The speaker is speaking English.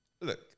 look